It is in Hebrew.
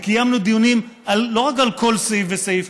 וקיימנו דיונים לא רק על כל סעיף וסעיף,